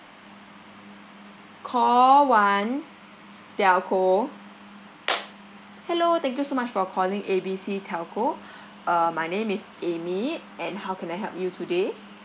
call one telco hello thank you so much for calling A B C telco uh my name is amy and how can I help you today